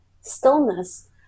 stillness